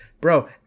bro